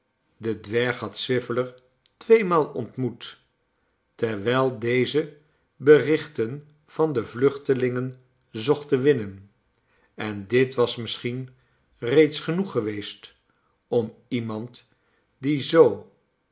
de dwerg had swiveller tweemaal ontmoet terwijl deze berichten van de vluchtelingen zocht in te winnen en dit was misschien reeds genoeg geweest om iemand die zoo